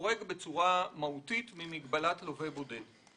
חורג בצורה מהותית ממגבלת לווה בודד.